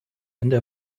ende